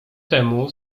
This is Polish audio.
temu